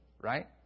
right